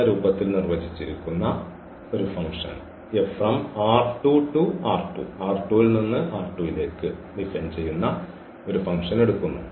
എന്ന രൂപത്തിൽ നിർവ്വചിച്ചിരിക്കുന്ന ഫങ്ങ്ഷൻ എടുക്കുന്നു